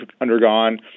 undergone